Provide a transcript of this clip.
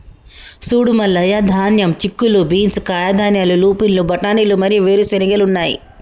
సూడు మల్లయ్య ధాన్యం, చిక్కుళ్ళు బీన్స్, కాయధాన్యాలు, లూపిన్లు, బఠానీలు మరియు వేరు చెనిగెలు ఉన్నాయి